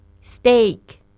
Steak